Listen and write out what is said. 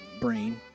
brain